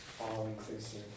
all-inclusive